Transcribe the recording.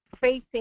facing